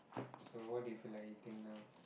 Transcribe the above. so what do you feel like eating now